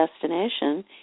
destination